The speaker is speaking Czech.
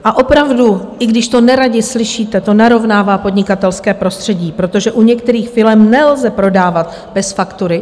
A opravdu, i když to neradi slyšíte, to narovnává podnikatelské prostředí, protože u některých firem nelze prodávat bez faktury.